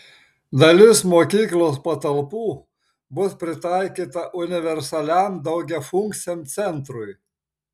dalis mokyklos patalpų bus pritaikyta universaliam daugiafunkciam centrui